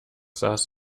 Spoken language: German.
saß